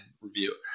review